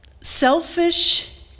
selfish